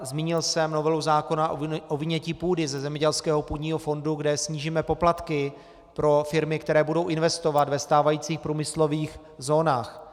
Zmínil jsem novelu zákona o vynětí půdy ze zemědělského půdního fondu, kde snížíme poplatky pro firmy, které budou investovat ve stávajících průmyslových zónách.